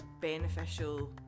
beneficial